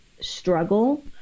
struggle